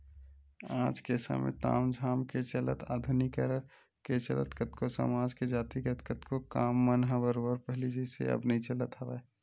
आज के समे ताम झाम के चलत आधुनिकीकरन के चलत कतको समाज के जातिगत कतको काम मन ह बरोबर पहिली जइसे अब नइ चलत हवय